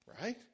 Right